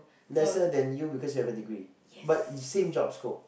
lesser than you because you have a degree but same job scope